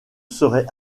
serait